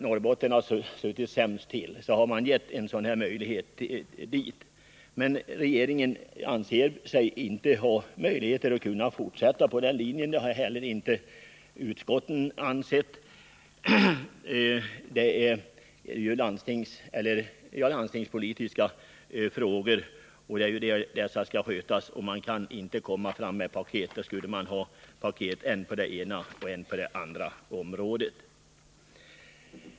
Norrbotten, som suttit sämst till, har fått en sådan möjlighet som det här gäller. Regeringen anser sig dock inte kunna fortsätta efter den linjen, och även utskottet och riksdagen har haft denna uppfattning. Det gäller ju landstingspolitiska frågor, och det är på landstingsplanet som sådana skall handläggas. Man kan inte lägga fram paket på än det ena, än det andra området.